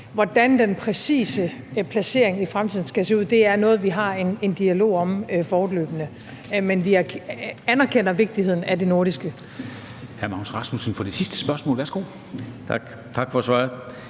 Hvordan den præcise placering i fremtiden skal se ud, er noget, vi har en dialog om fortløbende, men vi anerkender vigtigheden af det nordiske.